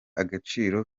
agaciro